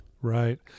Right